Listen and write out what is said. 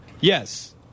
Yes